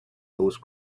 nose